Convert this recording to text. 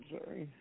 Sorry